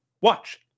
Watch